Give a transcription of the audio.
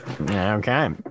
okay